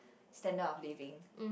standard of living